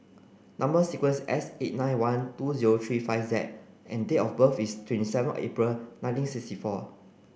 number sequence S eight nine one two zero three five Z and date of birth is twenty seven April nineteen sixty four